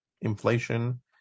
inflation